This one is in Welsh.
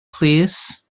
plîs